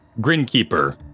Grinkeeper